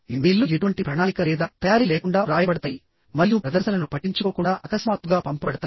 ఇమెయిల్లు ఎటువంటి ప్రణాళిక లేదా తయారీ లేకుండా వ్రాయబడతాయి మరియు ప్రదర్శనను పట్టించుకోకుండా అకస్మాత్తుగా పంపబడతాయి